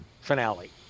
finale